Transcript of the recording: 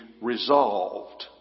resolved